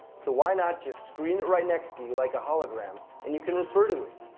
so why not just screen it right next to you like a hologram and you can refer to it.